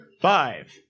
Five